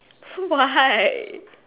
why